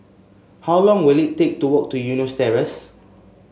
how long will it take to walk to Eunos Terrace